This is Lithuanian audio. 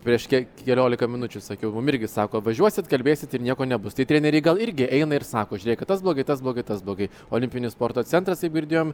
prieš kiek keliolika minučių sakiau mum irgi sako važiuosit kalbėsit ir nieko nebus tai treneriai gal irgi eina ir sako žiūrėkit tas blogai tas blogai tas blogai olimpinis sporto centras kaip girdėjom